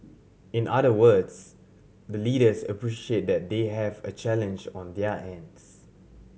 in other words the leaders appreciate that they have a challenge on their ends